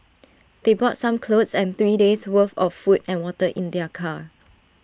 they brought some clothes and three days' worth of food and water in their car